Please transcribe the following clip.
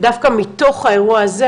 שדווקא מתוך האירוע הזה,